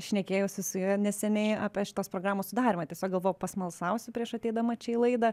šnekėjausi su juo neseniai apie šitos programos sudarymą tiesiog galvojau pasmalsausiu prieš ateidama čia į laidą